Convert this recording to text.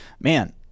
man